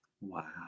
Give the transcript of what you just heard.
Wow